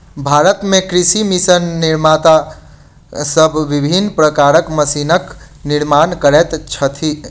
भारत मे कृषि मशीन निर्माता सब विभिन्न प्रकारक मशीनक निर्माण करैत छथि